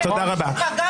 תודה רבה.